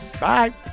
Bye